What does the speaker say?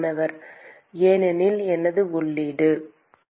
மாணவர் ஏனெனில் எனது உள்ளீடு நேரத்தைப் பார்க்கவும் 1501